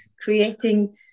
creating